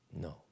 No